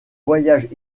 voyage